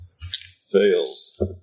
Fails